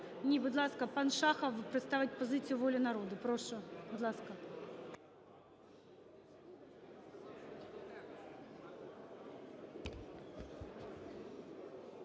Ні, будь ласка, пан Шахов представить позицію "Волі народу", прошу. Будь ласка.